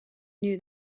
knew